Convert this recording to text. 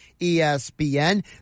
ESPN